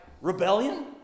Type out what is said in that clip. rebellion